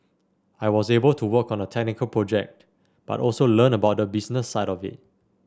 I was able to work on a technical project but also learn about the business side of it